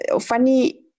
funny